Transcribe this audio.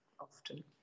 often